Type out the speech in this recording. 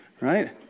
right